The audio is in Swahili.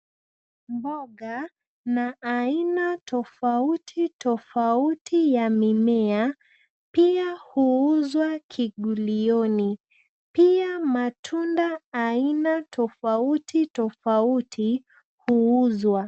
Mboga na aina tofauti tofauti ya mimea pia huuzwa kigulioni. Pia matunda aina tofautitofauti huuzwa.